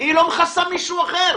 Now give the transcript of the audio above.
היא לא מכסה מישהו אחר,